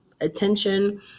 attention